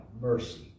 mercy